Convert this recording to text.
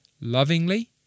lovingly